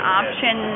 option